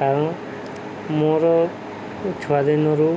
କାରଣ ମୋର ଛୁଆଦିନରୁ